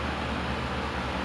like your thighs